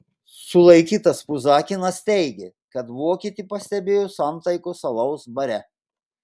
sulaikytas puzakinas teigė kad vokietį pastebėjo santaikos alaus bare